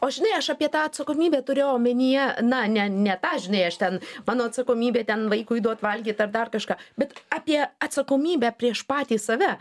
o žinai aš apie tą atsakomybę turėjau omenyje na ne ne tą žinai aš ten mano atsakomybė ten vaikui duot valgyt ar dar kažką bet apie atsakomybę prieš patį save